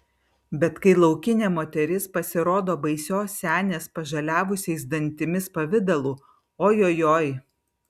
bet kai laukinė moteris pasirodo baisios senės pažaliavusiais dantimis pavidalu ojojoi